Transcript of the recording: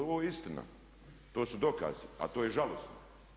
Ovo je istina, to su dokazi, a to je žalosno.